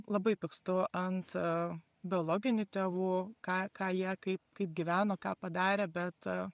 labai pykstu ant biologinių tėvų ką ką jie kaip kaip gyveno ką padarė bet